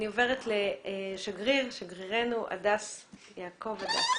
אני עוברת לשגרירנו יעקב הדס.